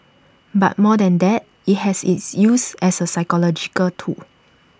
but more than that IT has its use as A psychological tool